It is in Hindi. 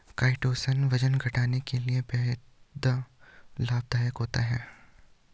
काइटोसन वजन घटाने के लिए बेहद लाभदायक होता है